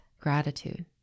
gratitude